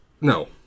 No